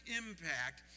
impact